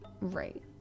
right